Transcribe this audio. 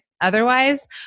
Otherwise